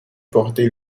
porter